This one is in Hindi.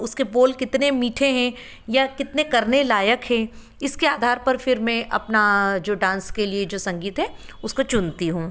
उसके बोल कितने मीठे हैं या कितने करने लायक हैं इसके आधार पर फिर मे अपना जो डांस के लिए जो संगीत है उसको चुनती हूँ